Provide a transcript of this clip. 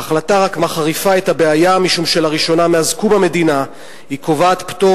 ההחלטה רק מחריפה את הבעיה משום שלראשונה מאז קום המדינה היא קובעת פטור